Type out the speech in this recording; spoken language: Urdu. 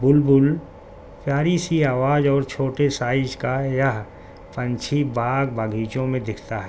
بلبل پیاریسیی آواز اور چھوٹے سائز کا یہ پنچھی باغ باغیچوں میں دکھتا ہے